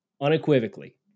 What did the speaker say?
unequivocally